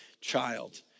child